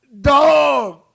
dog